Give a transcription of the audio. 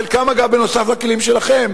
חלקם, אגב, נוסף על הכלים שלכם.